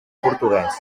portuguès